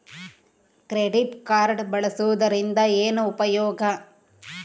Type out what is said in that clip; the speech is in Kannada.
ಕ್ರೆಡಿಟ್ ಕಾರ್ಡ್ ಬಳಸುವದರಿಂದ ಏನು ಉಪಯೋಗ?